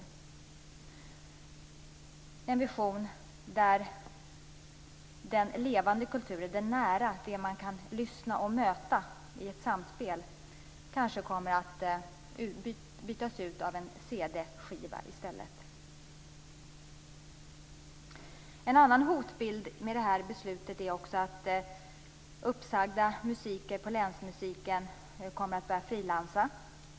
Den levande och näraliggande kulturen - den man kan lyssna på och möta i ett samspel - kommer kanske att bytas ut mot en cd-skiva. En annan hotbild som följer av det här beslutet är att uppsagda musiker inom länsmusiken kommer att börja frilansa.